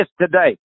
today